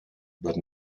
but